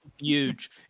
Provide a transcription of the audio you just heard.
huge